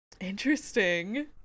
interesting